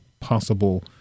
possible